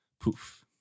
poof